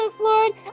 Lord